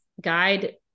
guide